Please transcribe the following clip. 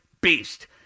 beast